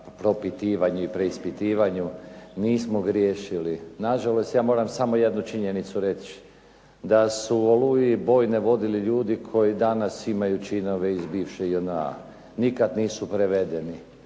propitivanju i preispitivanju. Nismo griješili. Nažalost ja moram samo jednu činjenicu reći. Da su u "Oluji" bojne vodili ljudi koji danas imaju činove iz bivše JNA, nikada nisu prevedeni.